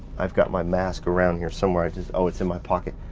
i've got my mask around here somewhere. i just, oh, it's in my pocket.